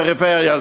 פריפריה,